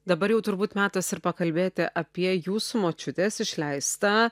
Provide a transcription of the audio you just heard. dabar jau turbūt metas ir pakalbėti apie jūsų močiutės išleistą